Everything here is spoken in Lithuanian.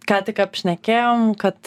ką tik apšnekėjom kad